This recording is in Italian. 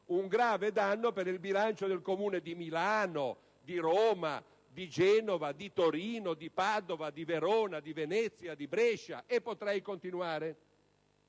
un grave danno per il bilancio dei Comuni di Milano, Roma, Genova, Torino, Padova, Verona, Venezia, Brescia, e potrei continuare